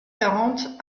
quarante